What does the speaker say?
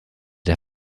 der